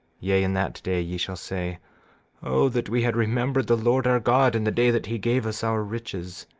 yea, in that day ye shall say o that we had remembered the lord our god in the day that he gave us our riches,